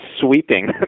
sweeping